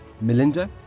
Melinda